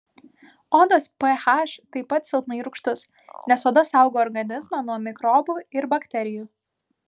odos ph taip pat silpnai rūgštus nes oda saugo organizmą nuo mikrobų ir bakterijų